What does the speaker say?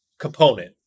component